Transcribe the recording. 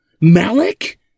Malik